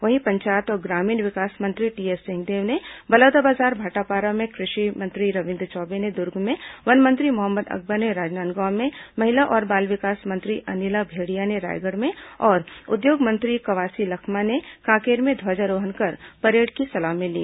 वहीं पंचायत और ग्रामीण विकास मंत्री टीएस सिंहदेव ने बलौदाबाजार भाटापारा में कृषि मंत्री रविन्द्र चौबे ने दुर्ग में वन मंत्री मोहम्मद अकबर ने राजनांदगांव में महिला और बाल विकास मंत्री अनिला भेंडिया ने रायगढ़ में और उद्योग मंत्री कवासी लखमा ने कांकेर में ध्वजारोहण कर परेड की सलामी ली